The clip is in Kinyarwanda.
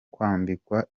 kwambikwa